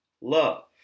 love